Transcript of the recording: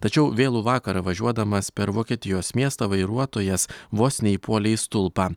tačiau vėlų vakarą važiuodamas per vokietijos miestą vairuotojas vos neįpuolė į stulpą